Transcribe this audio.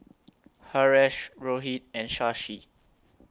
Haresh Rohit and Shashi